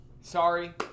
sorry